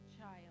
child